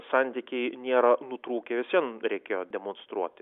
santykiai nėra nutrūkę vis vien reikėjo demonstruoti